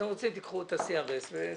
אתם רוצים, קחו את ה-CRS וזהו.